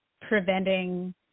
preventing